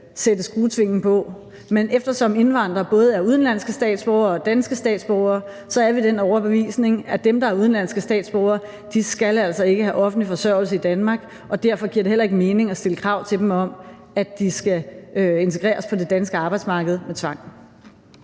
sætte skruetvingen på, men eftersom indvandrere både er udenlandske statsborgere og danske statsborgere, er vi af den overbevisning, at dem, der er udenlandske statsborgere, ikke skal have offentlig forsørgelse i Danmark. Derfor giver det heller ikke mening at stille krav til dem om, at de skal integreres på det danske arbejdsmarked med tvang.